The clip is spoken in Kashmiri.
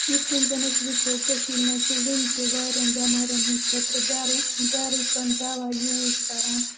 یِتھ کٔنۍ زَن أسۍ وٕچھو کٔشیٖر مَنٛز چھِ وِنہِ تہِ واریاہَن بیٚمارٮ۪ن ہٕنٛد خٲطرٕ گَرٕگۍ گَرُکَن دَوا یوٗز کَران